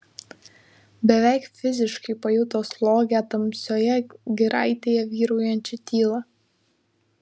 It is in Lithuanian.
beveik fiziškai pajuto slogią tamsioje giraitėje vyraujančią tylą